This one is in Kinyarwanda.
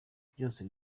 byose